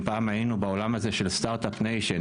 אם פעם היינו בעולם הזה של סטארט-אפ ניישן,